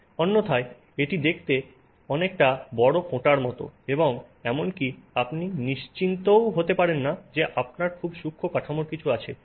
অন্যথায় এটি দেখতে অনেকটা বড় ফোঁটার মতো এবং এমনকি আপনি নিশ্চিতও হতে পারেন না যে আপনার খুব সূক্ষ্ম কাঠামোর কিছু আছে